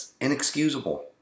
inexcusable